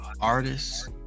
artists